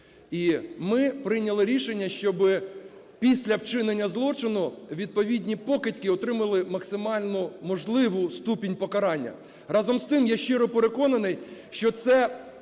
І ми прийняли рішення, щоби після вчинення злочину відповідні покидьки отримали максимальну можливу ступінь покарання. Разом з тим, я щиро переконаний, що це